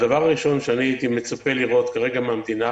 הדבר הראשון שהייתי מצפה לראות כרגע מן המדינה